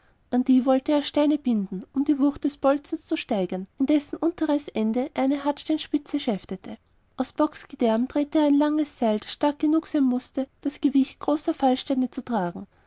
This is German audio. an die wollte er steine binden um die wucht des bolzens zu steigern in dessen unteres ende er eine hartsteinspitze schäftete aus bocksgedärm drehte er ein langes seil das stark genug sein mußte das gewicht großer fallsteine zu tragen